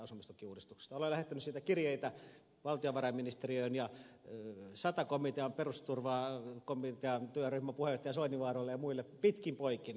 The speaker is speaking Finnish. olen lähettänyt siitä kirjeitä valtiovarainministeriöön ja sata komitean perusturvakomitean työryhmän puheenjohtaja soininvaaralle ja muille pitkin poikin